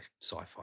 sci-fi